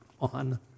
on